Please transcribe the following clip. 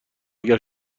اگر